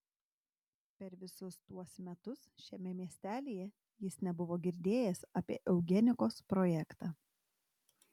per visus tuos metus šiame miestelyje jis nebuvo girdėjęs apie eugenikos projektą